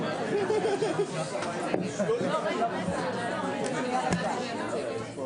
לכל חברי הכנסת שנמצאים.